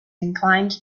inclined